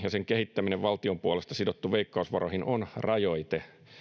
ja sen kehittäminen on niin voimakkaasti valtion puolesta sidottu veikkausvaroihin on rajoite